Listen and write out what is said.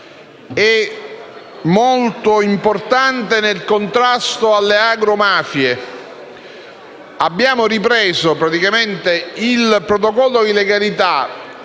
e molto importante nel contrasto alle agromafie. Abbiamo ripreso il protocollo di legalità